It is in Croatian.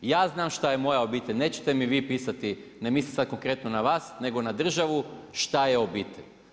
Ja znam šta je moja obitelj, nećete mi vi pisati ne mislim sada konkretno na vas nego na državu šta je obitelj.